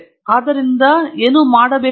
ಆದ್ದರಿಂದ ನಾನು ಅದನ್ನು ಏನೂ ಮಾಡಬೇಕಾಗಿಲ್ಲ